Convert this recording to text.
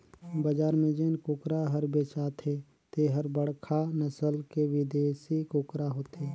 बजार में जेन कुकरा हर बेचाथे तेहर बड़खा नसल के बिदेसी कुकरा होथे